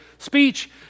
Speech